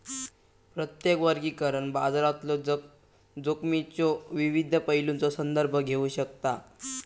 प्रत्येक वर्गीकरण बाजारातलो जोखमीच्यो विविध पैलूंचो संदर्भ घेऊ शकता